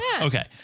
okay